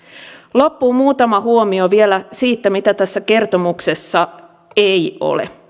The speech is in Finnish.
loppuun muutama huomio vielä siitä mitä tässä kertomuksessa ei ole